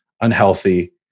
unhealthy